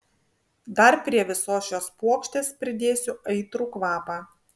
dar prie visos šios puokštės pridėsiu aitrų kvapą